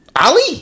Ali